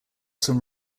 some